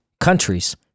countries